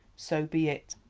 so be it!